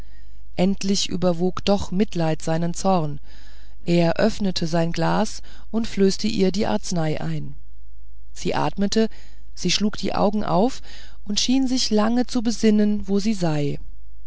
endlich überwog doch mitleid seinen zorn er öffnete sein glas und flößte ihr die arznei ein sie atmete sie schlug die augen auf und schien sich lange zu besinnen wo sie sei